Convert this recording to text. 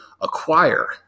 acquire